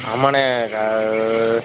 ஆமாண்ணே க